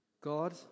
God